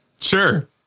Sure